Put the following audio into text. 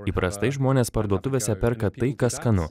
įprastai žmonės parduotuvėse perka tai kas skanu